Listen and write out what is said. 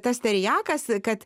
tas teriakas kad